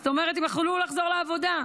זאת אומרת, הן יכלו לחזור לעבודה.